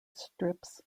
strips